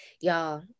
y'all